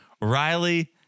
Riley